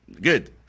Good